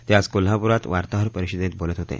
ते आज कोल्हापुरात वार्ताहर परिषदेत बोलत होते